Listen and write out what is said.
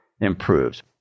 improves